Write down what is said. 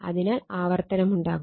അതിനാൽ അവർത്തനമുണ്ടാകും